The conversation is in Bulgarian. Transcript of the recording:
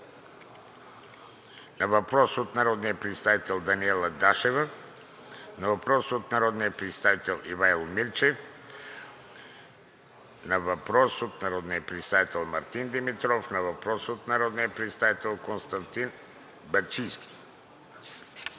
на въпрос от народния представител Даниела Дашева; на въпрос от народния представител Ивайло Мирчев; на въпрос от народния представител Мартин Димитров и на въпрос от народния представител Константин Бачийски;